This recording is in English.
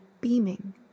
beaming